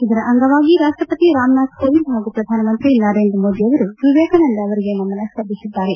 ಇದರ ಅಂಗವಾಗಿ ರಾಷ್ಷಪತಿ ರಾಮನಾಥ್ ಕೋವಿಂದ್ ಪಾಗೂ ಪ್ರಧಾನಮಂತ್ರಿ ನರೇಂದ್ರ ಮೋದಿ ಅವರು ವಿವೇಕಾನಂದ ಅವರಿಗೆ ನಮನ ಸಲ್ಲಿಸಿದ್ದಾರೆ